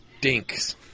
Dinks